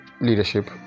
leadership